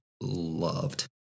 loved